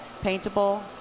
paintable